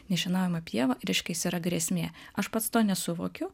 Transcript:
nešienaujama pieva reiškias yra grėsmė aš pats to nesuvokiu